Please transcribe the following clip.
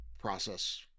process